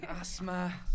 Asthma